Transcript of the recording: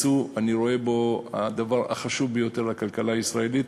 אני רואה ביצוא הדבר החשוב ביותר לכלכלה הישראלית.